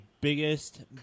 biggest